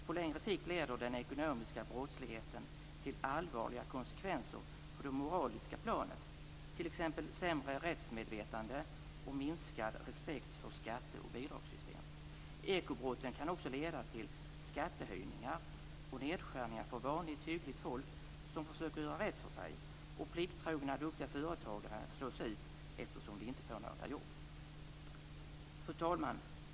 På längre sikt leder den ekonomiska brottsligheten till allvarliga konsekvenser på det moraliska planet, t.ex. sämre rättsmedvetande och minskad respekt för skatte och bidragssystem. Ekobrotten kan också leda till skattehöjningar och nedskärningar för vanligt hyggligt folk som försöker göra rätt för sig, och plikttrogna duktiga företagare slås ut eftersom de inte får några jobb. Fru talman!